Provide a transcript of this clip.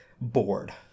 bored